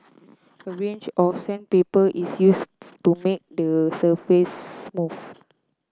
a range of sandpaper is used to make the surface smooth